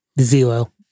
Zero